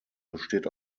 besteht